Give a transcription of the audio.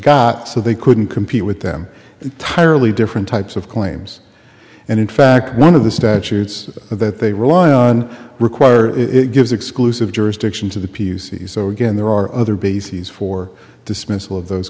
got so they couldn't compete with them tiredly different types of claims and in fact one of the statutes that they rely on require it gives exclusive jurisdiction to the p c s so again there are other bases for dismissal of those